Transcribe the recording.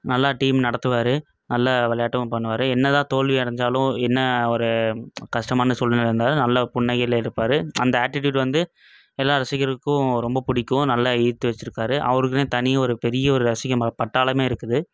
நல்லா டீம் நடத்துவார் நல்ல விளயாட்டும் பண்ணுவார் என்ன தான் தோல்வி அடைஞ்சாலும் என்ன ஒரு கஷ்டமான சூழ்நில இருந்தாலும் நல்ல புன்னகையில இருப்பார் அந்த ஆட்டிட்யூட் வந்து எல்லா ரசிகர்களுக்கும் ரொம்ப பிடிக்கும் நல்ல ஈர்த்து வச்சிருக்கார் அவருக்குனே தனி ஒரு பெரிய ஒரு ரசிகர் பட்டாளமே இருக்குது